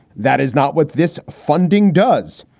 that is not what this funding does.